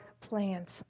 plans